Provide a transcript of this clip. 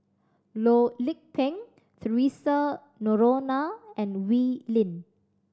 Loh Lik Peng Theresa Noronha and Wee Lin